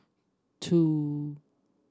two